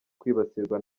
kwibasirwa